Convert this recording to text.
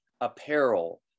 apparel